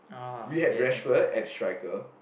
we had Rashford as striker